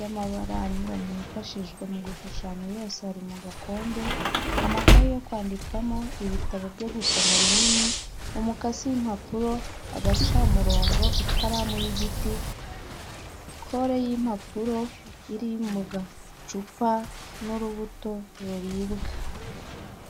y'amabara anyuranye yifashishwa mu gushushanya yose ari mu gakombe, amakaye yo kwandikamo, ibitabo byo gusoma binini, umukasi w'impapuro, agacamurongo, ikaramu y'igiti, kore y'impapuro iri mu gacupa n.urubuto ruribwa.